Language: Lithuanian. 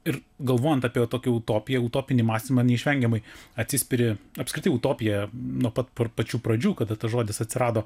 ir galvojant apie tokią utopiją utopinį mąstymą neišvengiamai atsispiri apskritai utopija nuo pat pačių pradžių kada tas žodis atsirado